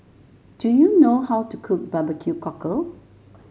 do you know how to cook Barbecue Cockle